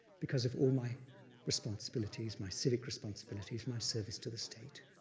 because of all my responsibilities, my civic responsibilities, my service to the state.